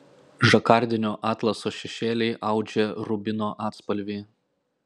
žakardinio atlaso šešėliai audžia rubino atspalvį